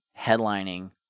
headlining